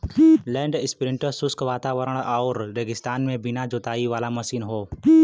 land imprinter शुष्क वातावरण आउर रेगिस्तान में बिना जोताई वाला मशीन हौ